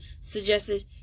suggested